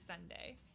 Sunday